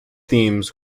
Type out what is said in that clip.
themes